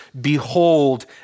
behold